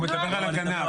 הוא מדבר על הגנב.